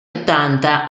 ottanta